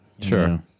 Sure